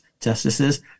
justices